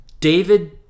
David